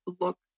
look